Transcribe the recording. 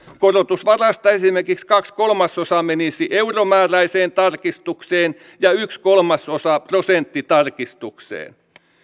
korotusvarasta esimerkiksi kaksi kolmasosaa menisi euromääräiseen tarkistukseen ja yksi kolmasosa prosenttitarkistukseen